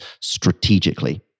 strategically